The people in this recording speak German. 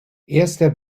erster